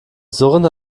surrend